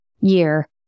year